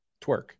twerk